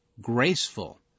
graceful